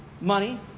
money